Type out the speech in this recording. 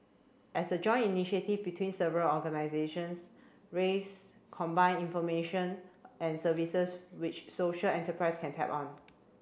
as a joint initiative between several organisations raise combine information and services which social enterprises can tap on